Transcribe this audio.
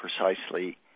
precisely